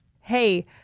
Hey